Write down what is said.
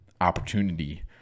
opportunity